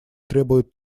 требуют